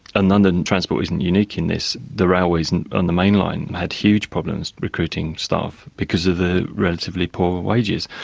and london transport wasn't unique in this. the railways and and the mainline had huge problems recruiting staff because of the relatively poor wages.